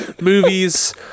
movies